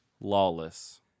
Lawless